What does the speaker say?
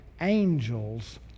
angels